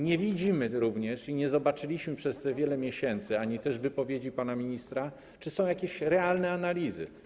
Nie widzimy również i nie zobaczyliśmy przez te wiele miesięcy wypowiedzi pana ministra, czy są jakieś realne analizy.